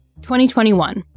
2021